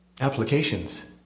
Applications